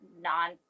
non